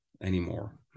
anymore